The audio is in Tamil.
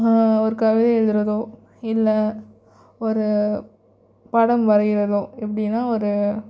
ஒரு கவிதை எழுதறதோ இல்லை ஒரு படம் வரையறதோ எப்படின்னா ஒரு